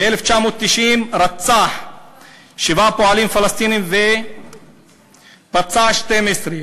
ב-1990 רצח שבעה פועלים פלסטינים ופצע 12,